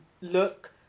look